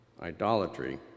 idolatry